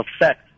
effect